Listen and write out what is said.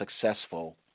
successful